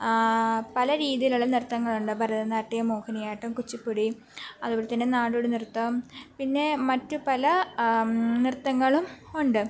പല രീതിയിലുള്ള നൃത്തങ്ങളുണ്ട് ഭാരതനാട്യം മോഹിനിയാട്ടം കുച്ചിപ്പുടി അതുപോലെ തന്നെ നാടോടി നൃത്തം പിന്നേ മറ്റു പല നൃത്തങ്ങളും ഉണ്ട്